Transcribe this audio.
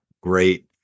Great